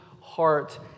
heart